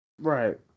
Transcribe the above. right